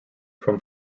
from